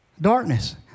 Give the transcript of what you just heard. Darkness